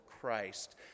christ